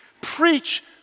Preach